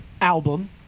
album